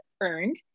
earned